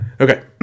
Okay